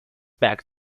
back